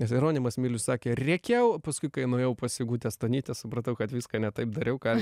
nes jeronimas milius sakė rėkiau paskui kai nuėjau pas sigutę stonytę supratau kad viską ne taip dariau ką